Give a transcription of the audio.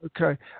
Okay